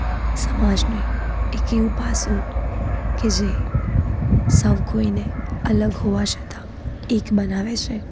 સમાજનું એક એવું પાસું કે જે સૌ કોઈને અલગ હોવા છતાં એક બનાવે છે